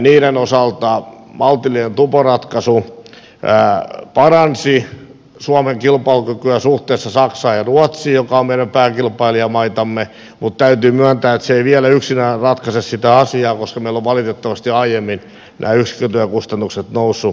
yksikkötyökustannusten osalta maltillinen tuporatkaisu paransi suomen kilpailukykyä suhteessa saksaan ja ruotsiin joka on meidän pääkilpailijamaitamme mutta täytyy myöntää että se ei vielä yksinään ratkaise sitä asiaa koska meillä ovat valitettavasti aiemmin nämä yksikkötyökustannukset nousseet nopeammin